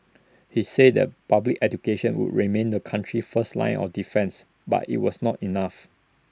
he said that public education would remain the country's first line of defence but IT was not enough